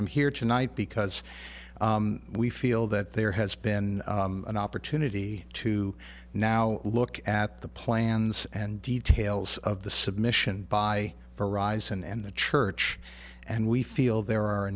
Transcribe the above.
i'm here tonight because we feel that there has been an opportunity to now look at the plans and details of the submission by horizon and the church and we feel there are a